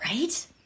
right